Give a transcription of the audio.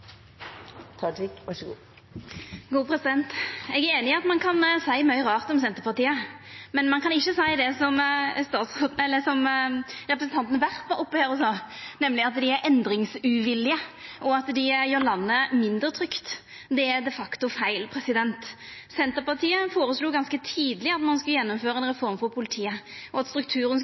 einig i at ein kan seia mykje rart om Senterpartiet, men ein kan ikkje seia det som representanten Werp var oppe her og sa, nemleg at dei er endringsuvillige, og at dei gjer landet mindre trygt. Det er de facto feil. Senterpartiet føreslo ganske tidleg at ein skulle gjennomføra ei reform for politiet, og at strukturen